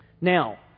Now